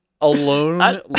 alone